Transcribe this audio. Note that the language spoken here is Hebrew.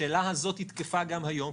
השאלה הזאת תקפה גם היום,